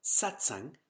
satsang